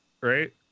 right